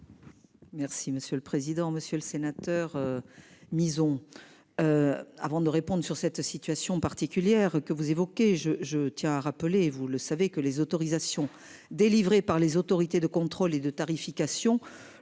monsieur le président, Monsieur le Sénateur. Mison. Avant de répondre sur cette situation particulière que vous évoquez, je je tiens à rappeler et vous le savez que les autorisations délivrées par les autorités de contrôle et de tarification